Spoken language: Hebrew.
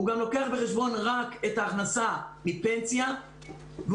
הוא גם לוקח בחשבון רק את ההכנסה מפנסיה והוא